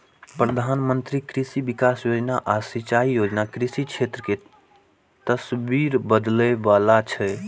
प्रधानमंत्री कृषि विकास योजना आ सिंचाई योजना कृषि क्षेत्र के तस्वीर बदलै बला छै